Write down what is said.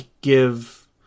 give